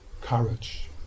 courage